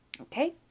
okay